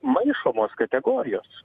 maišomos kategorijos